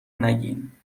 نگین